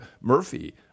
Murphy